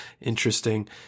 Interesting